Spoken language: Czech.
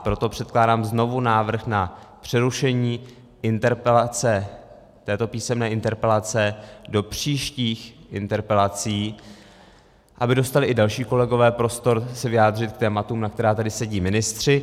Proto předkládám znovu návrh na přerušení této písemné interpelace do příštích interpelací, aby dostali i další kolegové prostor vyjádřit se k tématům, na která tady sedí ministři.